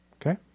Okay